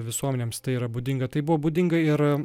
visuomenėms tai yra būdinga tai buvo būdinga ir